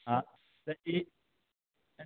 हँ तऽ ई